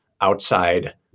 outside